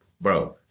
bro